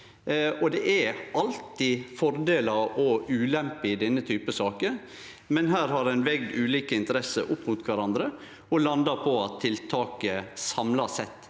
det er alltid fordelar og ulemper i denne typen saker, men her har ein vege ulike interesser opp mot kvarandre og landa på at tiltaket samla sett